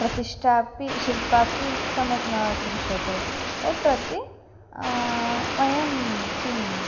प्रतिष्ठापि शिल्पमपि सम्यक् न दृश्यते तत् प्रति वयं किम्